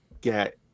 get